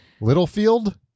Littlefield